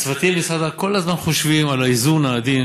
הצוותים במשרד האוצר כל הזמן חושבים על האיזון העדין